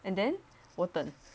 and then 我等